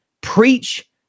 Preach